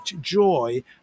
joy